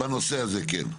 בנושא הזה כן.